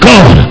God